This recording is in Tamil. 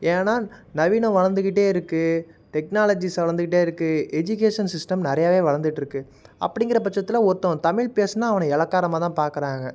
ஏன்னா நவீனம் வளர்ந்துக்கிட்டே இருக்குது டெக்னாலஜிஸ் வளர்ந்துக்கிட்டே இருக்குது எஜிகேஷன் சிஸ்டம் நிறையாவே வளர்ந்துட்ருக்கு அப்படிங்கிற பட்சத்தில் ஒருத்தன் தமிழ் பேசுனால் அவனை எலக்காரமாக தான் பார்க்கறாங்க